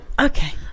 okay